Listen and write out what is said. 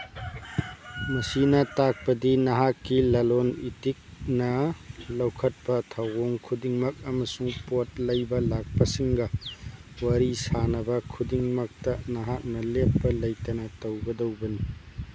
ꯃꯁꯤꯅ ꯇꯥꯛꯄꯗꯤ ꯅꯍꯥꯛꯀꯤ ꯂꯂꯣꯟ ꯏꯇꯤꯛꯅ ꯂꯧꯈꯠꯄ ꯊꯑꯣꯡ ꯈꯨꯗꯤꯡꯃꯛ ꯑꯃꯁꯨꯡ ꯄꯣꯠ ꯂꯩꯕ ꯂꯥꯛꯄꯁꯤꯡꯒ ꯋꯥꯔꯤ ꯁꯥꯅꯕ ꯈꯨꯗꯤꯡꯃꯛꯇ ꯅꯍꯥꯛꯅ ꯂꯦꯞꯄ ꯂꯩꯇꯅ ꯇꯧꯒꯗꯧꯕꯅꯤ